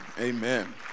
Amen